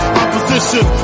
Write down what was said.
opposition